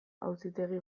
auzitegi